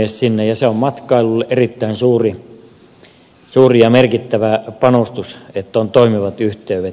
se on matkailulle erittäin suuri ja merkittävä panostus että on toimivat yhteydet